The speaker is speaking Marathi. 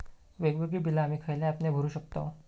वेगवेगळी बिला आम्ही खयल्या ऍपने भरू शकताव?